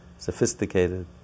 sophisticated